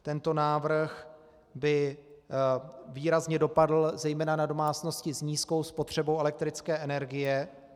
Tento návrh by výrazně dopadl zejména na domácnosti s nízkou spotřebou elektrické energie.